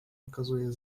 okazuje